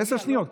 עשר שניות?